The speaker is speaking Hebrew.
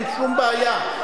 אין שום בעיה.